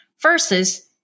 versus